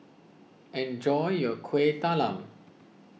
enjoy your Kuih Talam